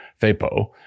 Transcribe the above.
FAPO